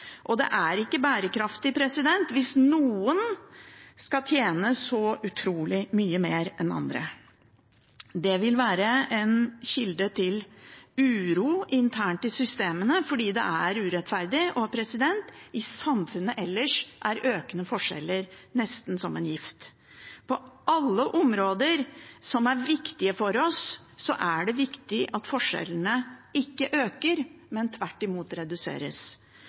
samfunnsregnskapet. Det er ikke bærekraftig hvis noen skal tjene så utrolig mye mer enn andre. Det vil være en kilde til uro internt i systemene fordi det er urettferdig, og i samfunnet ellers er økende forskjeller nesten som en gift. På alle områder som er viktige for oss, er det viktig at forskjellene ikke øker, men tvert imot reduseres.